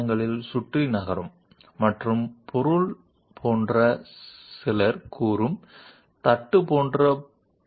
కొన్ని 3D machining అప్లికేషన్లకు కొన్ని ఉదాహరణలు సాధారణంగా మనకు కొన్ని సంక్లిష్టమైన ఆకారాలు మరియు ఉపరితలాలను మెషిన్ చేయడానికి ఉన్నప్పుడు మేము 3 డైమెన్షనల్ మ్యాచింగ్ను ఆశ్రయిస్తాము